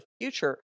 future